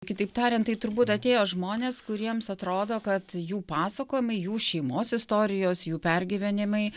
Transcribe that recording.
kitaip tariant tai turbūt atėjo žmonės kuriems atrodo kad jų pasakojimai jų šeimos istorijos jų pergyvenimai